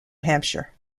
hampshire